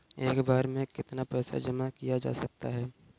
एक बार में कितना पैसा जमा किया जा सकता है?